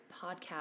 podcast